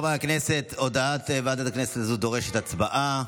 חברי הכנסת, הודעת ועדת הכנסת זו דורשת הצבעה.